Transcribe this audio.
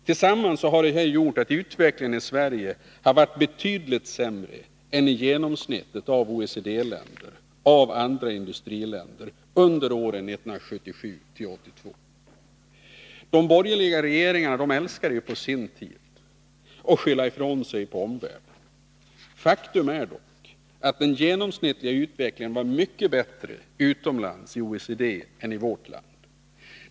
Tillsammantaget har detta gjort att utvecklingen i Sverige varit betydligt sämre än den varit i genomsnittet av OECD-länder och andra industriländer under åren 1977-1982. De borgerliga regeringarna älskade på sin tid att skylla ifrån sig på omvärlden. Faktum är dock att den genomsnittliga utvecklingen var mycket bättre i OECD-länderna än i vårt land.